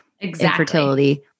infertility